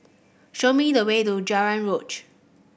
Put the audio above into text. show me the way to